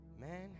man